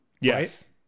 Yes